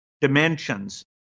dimensions